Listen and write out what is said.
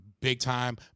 big-time